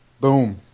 Boom